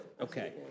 Okay